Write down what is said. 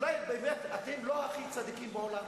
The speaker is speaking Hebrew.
אולי באמת אתם לא הכי צדיקים בעולם?